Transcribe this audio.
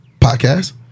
podcast